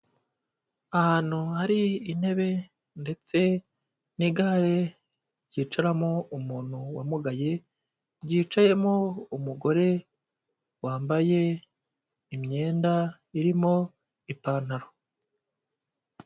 Ahantu hari intebe ndetse n'igare ryicaramo umuntu wamugaye, ryicayemo umugore wambaye imyenda irimo ipantaro.